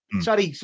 Sorry